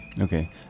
Okay